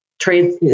trade